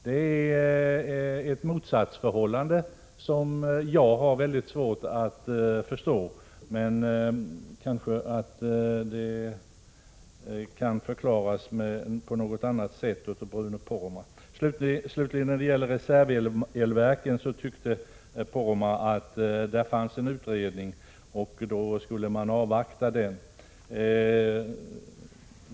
Det är ett motsatsförhållande som jag har mycket svårt att förstå. Men det kanske kan förklaras på något annat sätt av Bruno Poromaa. Bruno Poromaa tyckte att man skulle avvakta den utredning som pågår om reservelverken.